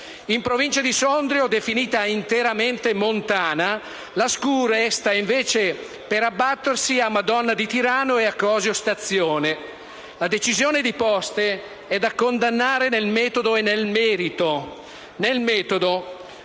In provincia di Sondrio, definita interamente montana, la scure sta invece per abbattersi a Madonna di Tirano e a Cosio Stazione. La decisione di Poste è da condannare nel metodo e nel merito;